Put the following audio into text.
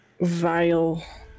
vile